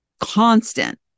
constant